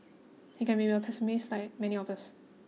he can be a pessimist like many of us